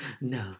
no